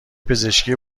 پزشکی